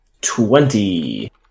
Twenty